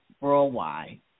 worldwide